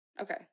Okay